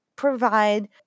provide